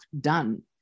done